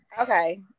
Okay